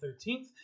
13th